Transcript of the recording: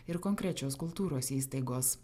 ir konkrečios kultūros įstaigos